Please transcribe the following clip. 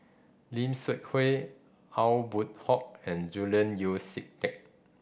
Lim Seok Hui Aw Boon Haw and Julian Yeo See Teck